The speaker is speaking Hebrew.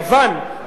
יוון,